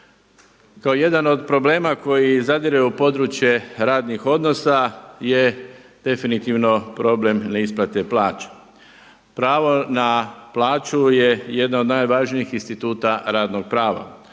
Kao jedan od problema koji zadire u područje radnih odnosa je definitivno problem neisplate plaća. Pravo na plaću je jedno od najvažnijih instituta radnog prava.